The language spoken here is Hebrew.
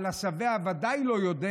אבל השבע ודאי לא יודע